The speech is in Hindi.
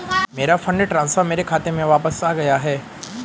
मेरा फंड ट्रांसफर मेरे खाते में वापस आ गया है